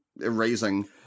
erasing